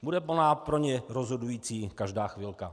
Bude pro ně rozhodující každá chvilka.